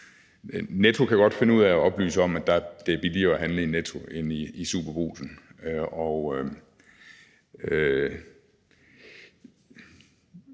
Netto kan godt finde ud af at oplyse om, at det er billigere at handle i Netto end i SuperBrugsen, og